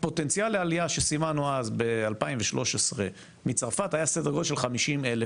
פוטנציאל העלייה שסימנו אז ב-2013 מצרפת היה סדר גודל של 50,000